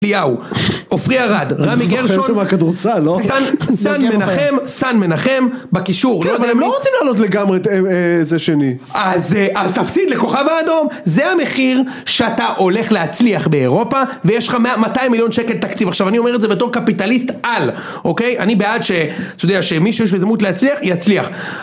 יאו, עופרי ארד, רמי גרשון, סן מנחם, סן מנחם, בקישור...כן... אבל הם לא רוצים לעלות לגמרי איזה שני. אז תפסיד לכוכב האדום, זה המחיר שאתה הולך להצליח באירופה ויש לך 200 מיליון שקל תקציב, עכשיו אני אומר לך את זה בתור קפיטליסט על אוקיי? אני בעד שמישהו שיש יזמות להצליח יצליח